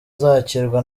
izakirwa